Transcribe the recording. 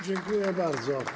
Dziękuję bardzo.